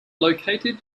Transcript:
located